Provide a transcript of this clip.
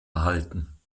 erhalten